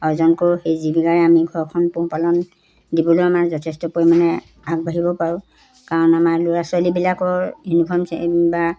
অৰ্জন কৰোঁ সেই জীৱিকাৰে আমি ঘৰখন পোহপালন দিবলৈও আমাৰ যথেষ্ট পৰিমাণে আগবাঢ়িব পাৰোঁ কাৰণ আমাৰ ল'ৰা ছোৱালীবিলাকৰ ইউনিফৰ্ম বা